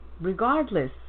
regardless